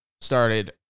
started